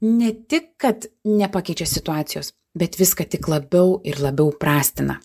ne tik kad nepakeičia situacijos bet viską tik labiau ir labiau prastina